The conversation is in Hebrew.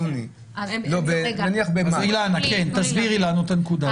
אז אילנה כן, תסבירי לנו את הנקודה הזאת.